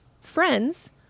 friends